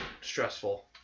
stressful